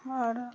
आओर